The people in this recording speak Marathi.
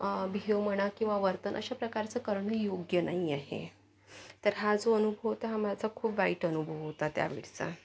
बिहेव म्हणा किंवा वर्तन अशाप्रकारचं करणं योग्य नाही आहे तर हा जो अनुभव होता हा माझा खूप वाईट अनुभव होता त्यावेळचा